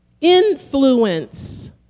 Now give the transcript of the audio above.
Influence